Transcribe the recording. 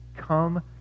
Come